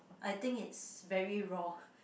I think it's very raw